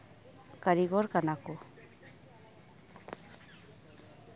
ᱠᱟᱹᱨᱤᱜᱚᱨ ᱠᱟᱱᱟ ᱠᱚ